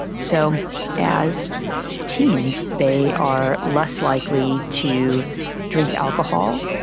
so as teens they are less likely to drink alcohol,